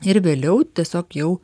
ir vėliau tiesiog jau